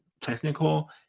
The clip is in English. technical